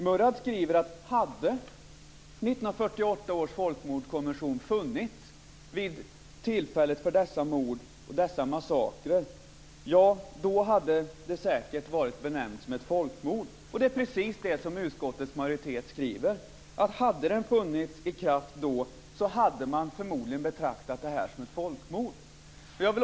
Murad Artin skriver att om 1948 års folkmordskonvention funnits vid tillfället för dessa mord och massakrer hade dessa säkert benämnts som ett folkmord. Det är precis det som utskottets majoritet skriver, nämligen att om konventionen hade funnits i kraft då hade man förmodligen betraktat detta som ett folkmord.